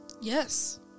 yes